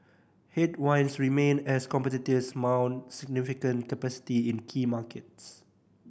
headwinds remain as competitors mount significant capacity in key markets